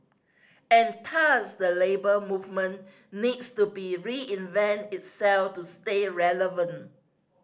and thus the Labour Movement needs to be reinvent itself to stay relevant